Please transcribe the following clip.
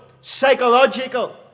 psychological